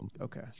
Okay